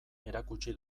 erakutsi